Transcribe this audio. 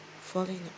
falling